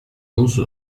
onze